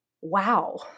wow